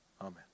Amen